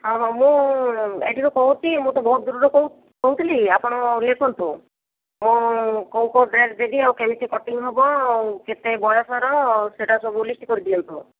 ହଁ ହଁ ମୁଁ ଏଠିରୁ କହୁଛି ମୁଁ ତ ବହୁତ ଦୂରରୁ କହୁ କହୁଥିଲି ଆପଣ ଲେଖନ୍ତୁ ମୁଁ କେଉଁ କେଉଁ ଡ୍ରେସ ଦେବି ଆଉ କେମିତି କଟିଙ୍ଗ୍ ହେବ କେତେ ବୟସର ସେଇଟା ସବୁ ଲିଷ୍ଟ୍ କରି ଦିଅନ୍ତୁ